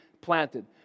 planted